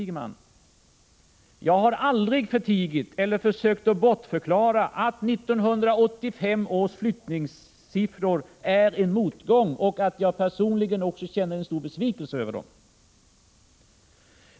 Jag har aldrig försökt bortförklara att 1985 års flyttningssiffror är en motgång och att jag personligen också känner en stor besvikelse över dem.